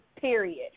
period